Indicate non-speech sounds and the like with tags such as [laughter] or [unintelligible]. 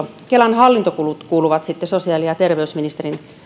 [unintelligible] kelan hallintokulut kuuluvat sitten sosiaali ja terveysministerin